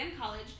College